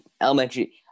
elementary